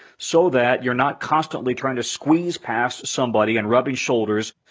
so that you're not constantly trying to squeeze past somebody and rubbing shoulders.